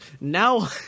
Now